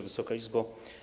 Wysoka Izbo!